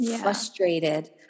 frustrated